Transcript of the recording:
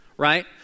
Right